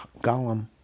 Gollum